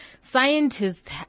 scientists